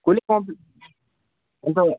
कसैले कम् अन्त